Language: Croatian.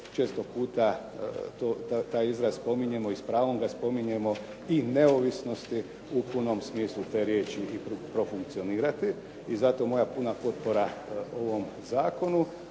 često puta, taj izraz spominjemo i s pravom ga spominjemo, i neovisnosti u punom smislu te riječi i profunkcionirati. I zato moja puna potpora ovom zakonu,